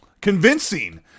convincing